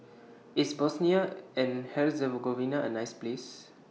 IS Bosnia and Herzegovina A nice Place